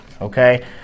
okay